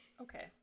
okay